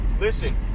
listen